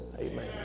Amen